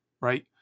right